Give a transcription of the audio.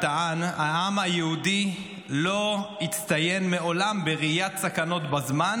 מר ביטחון טען: העם היהודי לא הצטיין מעולם בראיית סכנות בזמן.